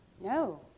No